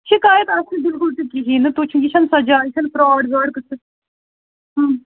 شِکایَت آسہِ نہٕ بِلکُل تہِ کِہیٖنٛۍ نہٕ تُہۍ چھُو یہِ چھَنہٕ سۄ جاے یہِ چھِنہٕ فرٛاڑ واڑ قٕصہٕ